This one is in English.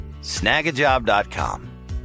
Snagajob.com